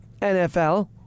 NFL